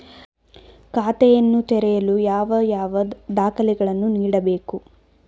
ಖಾತೆಯನ್ನು ತೆರೆಯಲು ಯಾವ ಯಾವ ದಾಖಲೆಗಳನ್ನು ನೀಡಬೇಕು?